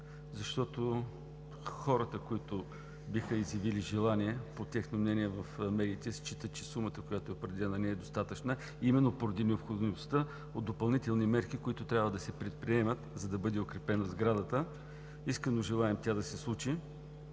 защото хората, които биха изявили желание, по тяхно мнение в медиите, считат, че сумата, която е определена, не е достатъчна именно поради необходимостта от допълнителни мерки, които трябва да се предприемат, за да бъде укрепена сградата. Искрено желаем тя да се случи